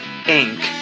Inc